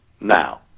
Now